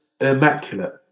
immaculate